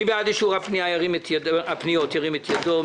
מי בעד אישור הפניות, ירים את ידו.